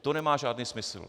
To nemá žádný smysl.